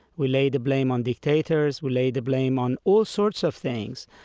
we lay the blame on dictators. we lay the blame on all sorts of things,